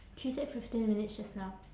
she said fifteen minutes just now